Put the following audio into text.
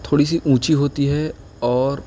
تھوڑی سی اونچی ہوتی ہے اور